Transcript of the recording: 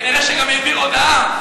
כנראה גם העביר הודעה,